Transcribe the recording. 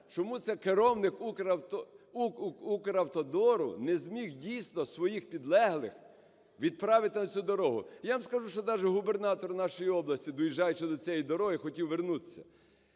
чому це керівник "Укравтодору" не зміг, дійсно, своїх підлеглих відправити на цю дорогу. Я вам скажу, що даже губернатор нашої області, доїжджаючи до цієї дороги, хотів вернутися.